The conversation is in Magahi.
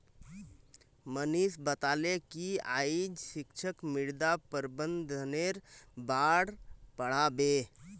मनीष बताले कि आइज शिक्षक मृदा प्रबंधनेर बार पढ़ा बे